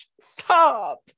Stop